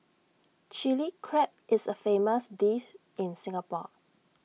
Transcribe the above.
Chilli Crab is A famous dish in Singapore